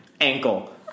Ankle